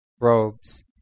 robes